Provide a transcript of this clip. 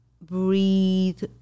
breathe